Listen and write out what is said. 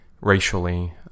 racially